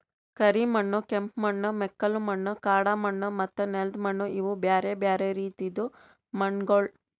ಕರಿ ಮಣ್ಣು, ಕೆಂಪು ಮಣ್ಣು, ಮೆಕ್ಕಲು ಮಣ್ಣು, ಕಾಡು ಮಣ್ಣು ಮತ್ತ ನೆಲ್ದ ಮಣ್ಣು ಇವು ಬ್ಯಾರೆ ಬ್ಯಾರೆ ರೀತಿದು ಮಣ್ಣಗೊಳ್